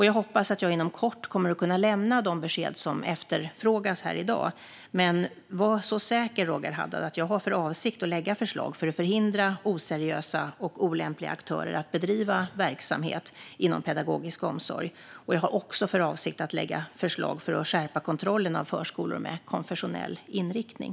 Jag hoppas att jag inom kort kommer att kunna lämna de besked som efterfrågas i dag. Men var så säker, Roger Haddad! Jag har för avsikt att lägga fram förslag för att förhindra oseriösa och olämpliga aktörer att bedriva verksamhet inom pedagogisk omsorg. Jag har också för avsikt att lägga fram förslag för att skärpa kontrollen av förskolor med konfessionell inriktning.